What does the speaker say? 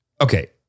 Okay